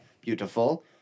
beautiful